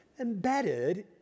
Embedded